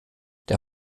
der